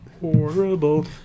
Horrible